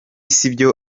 sibyo